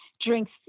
drinks